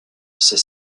ces